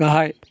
गाहाय